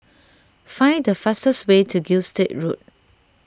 find the fastest way to Gilstead Road